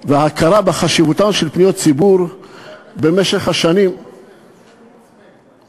וההכרה בחשיבותן של פניות ציבור במשך השנים, מה?